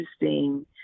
interesting